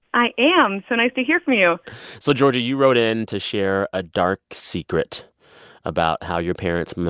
i am. so nice to hear from you so georgie, you wrote in to share a dark secret about how your parents,